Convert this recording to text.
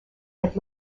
had